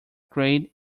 grade